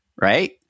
right